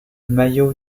maillot